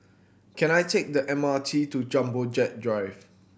can I take the M R T to Jumbo Jet Drive